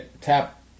tap